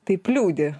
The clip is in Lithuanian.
taip liūdi